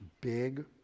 big